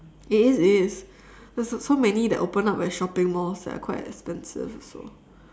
it is it is so so so many that open up at shopping malls that are quite expensive also